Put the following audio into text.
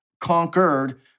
conquered